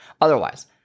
Otherwise